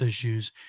issues